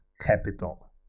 capital